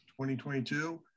2022